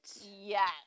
Yes